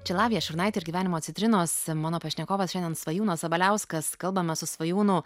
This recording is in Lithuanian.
čia lavija šurnaitė ir gyvenimo citrinos mano pašnekovas šiandien svajūnas sabaliauskas kalbamės su svajūnu